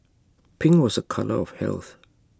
pink was A colour of health